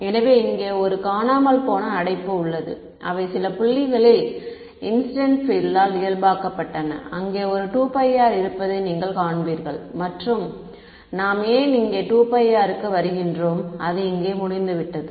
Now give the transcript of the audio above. எனவே இங்கே ஒரு காணாமல் போன அடைப்பு உள்ளது அவை சில புள்ளிகளில் இன்சிடென்ட் பீல்ட் ஆல் இயல்பாக்கப்பட்டன இங்கே ஒரு 2πr இருப்பதை நீங்கள் காண்பீர்கள் மற்றும் நாம் ஏன் இங்கே 2πr க்கு வருகின்றோம் அது இங்கே முடிந்துவிட்டது